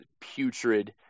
putrid